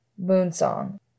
Moonsong